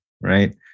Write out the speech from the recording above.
right